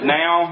now